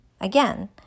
again